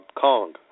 Kong